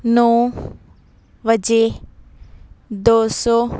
ਨੌਂ ਵਜੇ ਦੋ ਸੌ